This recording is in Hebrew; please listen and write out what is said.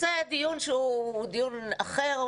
אז זה דיון שהוא דיון אחר,